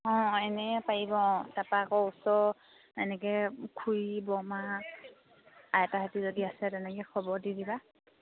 অঁ এনেই পাৰিব অঁ তাৰাপৰা আকৌ ওচৰ এনেকৈ খুৰী বৰমা আইতাহঁতি যদি আছে তেনেকৈ খবৰ দি দিবা